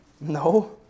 No